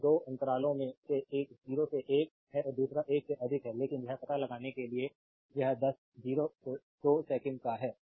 तो 2 अंतरालों में से एक 0 से 1 है और दूसरा 1 से अधिक है लेकिन यह पता लगाना है कि यह दस 0 से 2 सेकंड का है